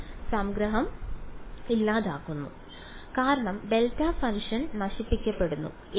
am സംഗ്രഹം ഇല്ലാതാകുന്നു കാരണം ഡെൽറ്റ ഫംഗ്ഷൻ നശിപ്പിക്കപ്പെടുന്നു